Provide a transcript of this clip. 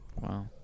Wow